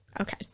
okay